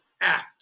act